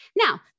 Now